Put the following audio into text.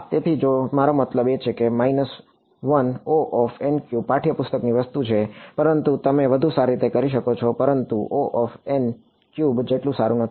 તેથી જો મારો મતલબ છે પાઠ્યપુસ્તક ની વસ્તુ છે પરંતુ તમે વધુ સારી રીતે કરી શકો છો પરંતુ જેટલું સારું નથી